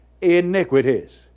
iniquities